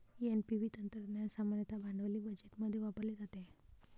NPV तंत्रज्ञान सामान्यतः भांडवली बजेटमध्ये वापरले जाते